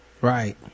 Right